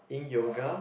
Yin yoga